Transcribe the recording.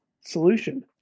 solution